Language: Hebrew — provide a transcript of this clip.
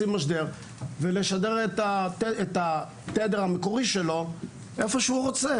לשים משדר ולשדר את התדר המקורי שלו איפה שהוא רוצה.